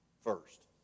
first